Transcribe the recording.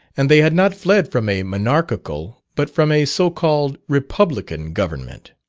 and they had not fled from a monarchical, but from a so-called republican government.